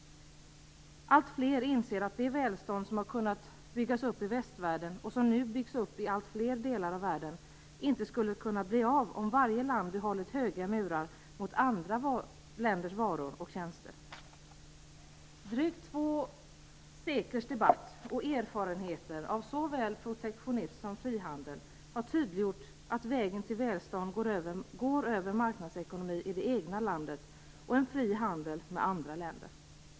Alltfler inser att det välstånd som har kunnat byggas upp i västvärlden, och som nu byggs upp i alltfler delar av världen, inte skulle ha blivit av om varje land behållit höga murar mot andra länders varor och tjänster. Drygt två seklers debatt och erfarenheter av såväl protektionism som frihandel har tydliggjort att vägen till välstånd går över marknadsekonomi i det egna landet och en fri handel med andra länder.